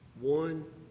One